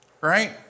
Right